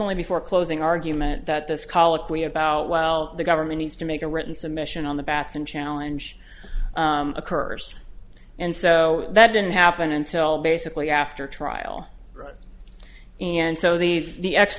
only before closing argument that this colloquy about well the government needs to make a written submission on the bats and challenge occurs and so that didn't happen until basically after a trial run and so the the ex